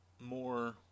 more